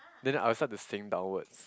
then I'll start to sink downwards